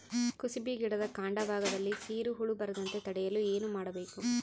ಕುಸುಬಿ ಗಿಡದ ಕಾಂಡ ಭಾಗದಲ್ಲಿ ಸೀರು ಹುಳು ಬರದಂತೆ ತಡೆಯಲು ಏನ್ ಮಾಡಬೇಕು?